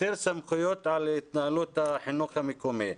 יותר סמכויות על התנהלות החינוך המקומי.